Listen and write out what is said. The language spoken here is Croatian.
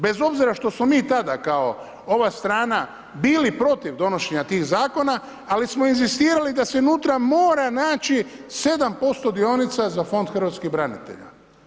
Bez obzira što smo mi tada kao ova strana bili protiv donošenja tih zakona, ali smo inzistirali da se unutra mora naći 7% dionica za Fond hrvatskih branitelja.